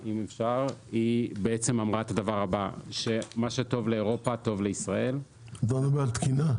באה לדבר על תקינה?